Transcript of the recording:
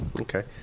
Okay